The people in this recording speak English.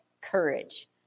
courage